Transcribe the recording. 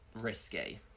risky